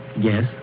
Yes